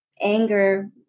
anger